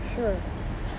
sure